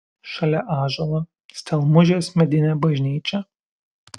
šalia ąžuolo stelmužės medinė bažnyčia